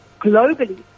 globally